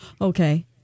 Okay